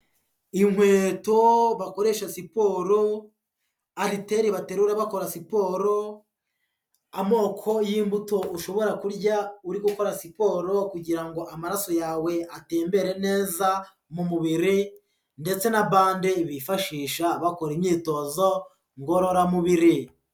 Inkweto bakoresha siporo, ariteri baterura bakora siporo, amoko y'imbuto ushobora kurya uri gukora siporo kugira ngo amaraso yawe atemmbere neza mu mubiri ndetse na bande bifashisha bakora imyitozo ngororamubiri.